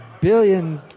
billion